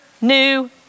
new